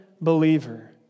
believer